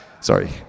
Sorry